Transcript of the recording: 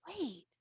Wait